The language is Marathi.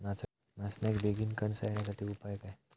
नाचण्याक बेगीन कणसा येण्यासाठी उपाय काय?